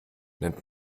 nennt